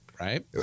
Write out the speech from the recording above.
Right